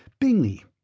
Bingley